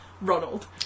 Ronald